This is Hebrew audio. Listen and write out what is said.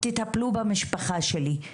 תטפלו במשפחה שלו".